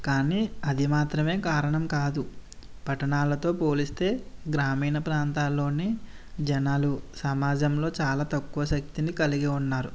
కానీ అది మాత్రమే కారణం కాదు పట్టణాలతో పోలిస్తే గ్రామీణ ప్రాంతాలలో జనాలు సమాజంలో చాలా తక్కువ శక్తిని కలిగి ఉన్నారు